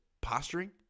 posturing